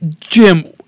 Jim